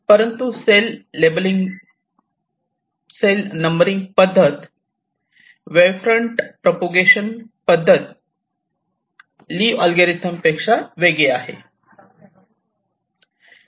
परंतु cell numbering पद्धत wave front propagation पद्धत ली अल्गोरिदम पेक्षा वेगळी आहे